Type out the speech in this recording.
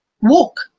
Walk